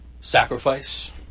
sacrifice